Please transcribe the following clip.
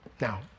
Now